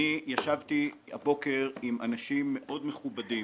אני ישבתי הבוקר עם אנשים מאוד מכובדים,